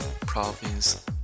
province